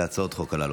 על הצעות חוק הללו.